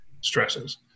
stresses